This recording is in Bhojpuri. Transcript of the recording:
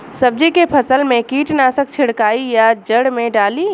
सब्जी के फसल मे कीटनाशक छिड़काई या जड़ मे डाली?